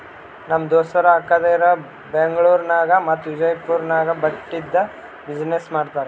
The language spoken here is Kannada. ನಮ್ ದೋಸ್ತದು ಅಕ್ಕಾದೇರು ಬೆಂಗ್ಳೂರ್ ನಾಗ್ ಮತ್ತ ವಿಜಯಪುರ್ ನಾಗ್ ಬಟ್ಟಿದ್ ಬಿಸಿನ್ನೆಸ್ ಮಾಡ್ತಾರ್